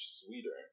sweeter